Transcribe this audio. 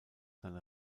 seine